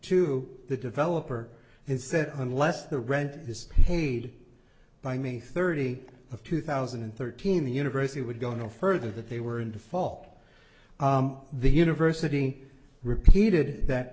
to the developer and said unless the rent is paid by me thirty of two thousand and thirteen the university would go no further that they were in the fall the university repeated that